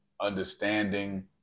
understanding